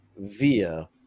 via